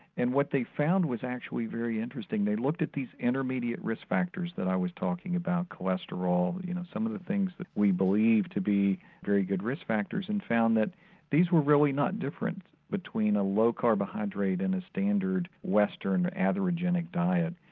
and what they found was actually very interesting, they looked at these intermediate risk factors that i was talking about, cholesterol and you know some of the things that we believe to be very good risk factors and found that these were really not different between a low carbohydrate and a standard western atherogenic diet.